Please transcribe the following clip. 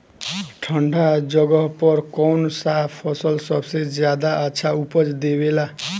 ठंढा जगह पर कौन सा फसल सबसे ज्यादा अच्छा उपज देवेला?